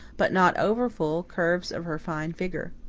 but not over-full, curves of her fine figure.